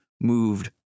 moved